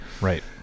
right